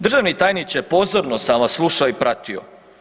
Državni tajniče, pozorno sam vas slušao i pratio.